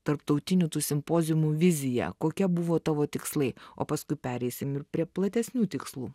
tarptautinių tų simpoziumų vizija kokie buvo tavo tikslai o paskui pereisim ir prie platesnių tikslų